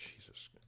Jesus